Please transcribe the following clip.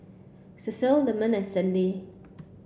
Cecile Lyman and Sandy